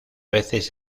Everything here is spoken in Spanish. veces